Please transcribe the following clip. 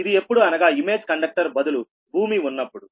ఇది ఎప్పుడు అనగా ఇమేజ్ కండక్టర్ బదులు భూమి ఉన్నప్పుడు